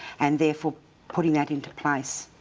and therefore putting that into place.